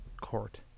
court